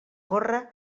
corre